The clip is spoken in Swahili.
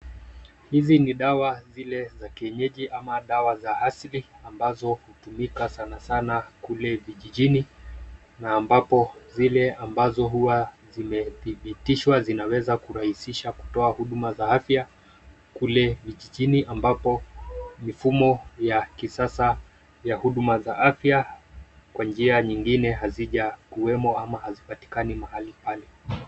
Hizi ni dawa zile za kienyeji, ama dawa za asili, ambazo hutumika sana sana kule vijijini, na ambapo zile ambazo huwa zimedhibitishwa zinaweza kurahisisha kutoa huduma za afya kule vijijini, ambapo mifumo ya kisasa ya huduma za afya kwa njia nyingine hazija kuwemo ama hazipatikani mahali pale.